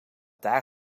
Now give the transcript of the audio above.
daar